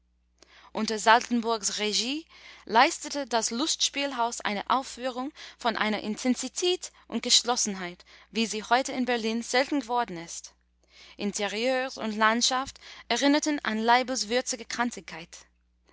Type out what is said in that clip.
unter saltenburgs regie leistete das lustspielhaus eine aufführung von einer intensität und geschlossenheit wie sie heute in berlin selten geworden ist interieurs und landschaft erinnerten an leibls würzige